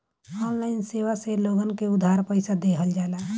online सेवा से लोगन के उधार पईसा देहल जाला